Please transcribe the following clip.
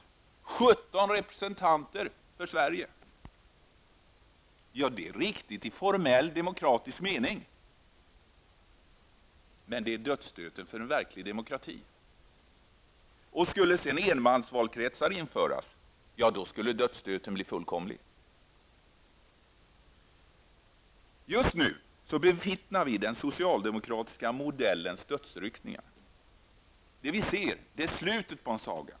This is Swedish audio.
Det blir 17 representanter från Sverige. Det är riktigt i formell demokratisk mening, men det är dödsstöten för en verklig demokrati. Skulle sedan enmansvalkretsar införas, skulle dödsstöten bli fullständig. Just nu bevittnar vi den socialdemokratiska modellens dödsryckningar. Det vi nu ser är slutet på en saga.